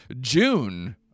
June